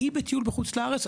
בטיול בחוץ לארץ,